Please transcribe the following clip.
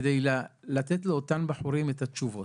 כדי לתת לאותם בחורים את התשובות.